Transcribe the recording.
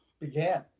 began